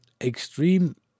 extreme